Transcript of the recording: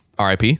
RIP